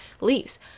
leaves